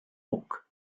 york